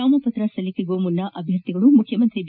ನಾಮಪತ್ರ ಸಲ್ಲಿಕೆಗೂ ಮುನ್ನ ಅಭ್ಲರ್ಥಿಗಳು ಮುಖ್ಯಮಂತ್ರಿ ಬಿ